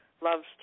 love's